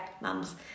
mums